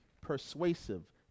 persuasive